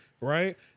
right